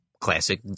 classic